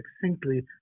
succinctly